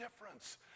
difference